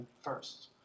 first